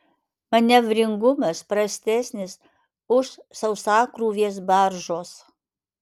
manevringumas prastesnis už sausakrūvės baržos